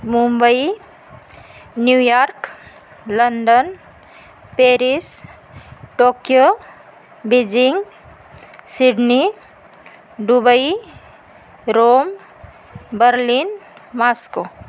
Mumbai New York London Paris Tokyo Beijing Sydney Dubai Rome Berlin Moscow